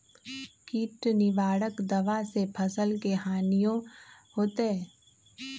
किट निवारक दावा से फसल के हानियों होतै?